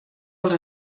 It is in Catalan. als